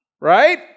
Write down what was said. Right